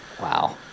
Wow